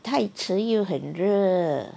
太迟又很热